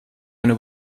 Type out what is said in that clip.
eine